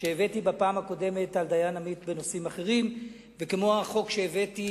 שהבאתי בפעם הקודמת על דיין עמית בנושאים אחרים וכמו החוק שהבאתי